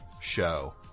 show